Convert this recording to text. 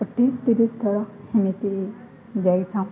ତିରିଶ ତିରିଶଥର ଏମିତି ଯାଇଥାଉ